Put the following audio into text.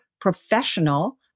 professional